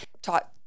taught